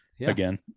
again